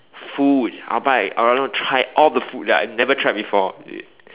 food I will buy I want to try all the food that I never tried before